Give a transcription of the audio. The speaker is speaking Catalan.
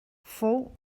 fou